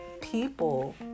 people